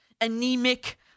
anemic